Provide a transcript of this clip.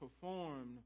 performed